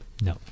No